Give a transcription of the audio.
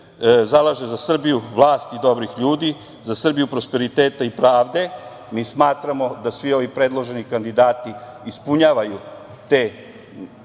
zalaže za Srbiju vlasti dobrih ljudi, za Srbiju prosperiteta i pravde. Mi smatramo da svi ovi predloženi kandidati ispunjavaju te,